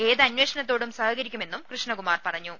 ഏതന്വേഷണത്തോടും സഹകരിക്കു മെന്നും കൃഷ്ണകുമാർ പറഞ്ഞു